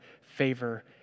favor